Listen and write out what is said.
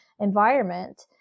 environment